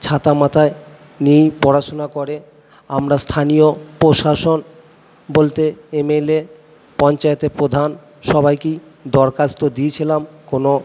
ছাতা মাথায় নিয়েই পড়াশুনা করে আমরা স্থানীয় প্রশাসন বলতে এমএলএ পঞ্চায়েতের প্রধান সবাইকেই দরখাস্ত দিয়েছিলাম কোনো